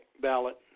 ballot